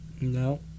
No